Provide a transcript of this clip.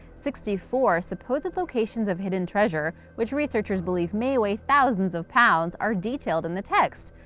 sixty-four supposed locations of hidden treasure, which researchers believe may weigh thousands of pounds, are detailed in the text.